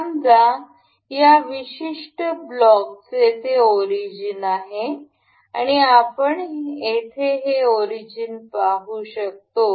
समजा या विशिष्ट ब्लॉकचे ते ओरिजिन आहे आणि आपण येथे हे ओरिजिन पाहू शकतो